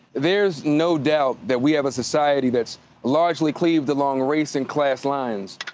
there's no doubt that we have a society that's largely cleaved along race and class lines.